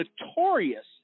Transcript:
notorious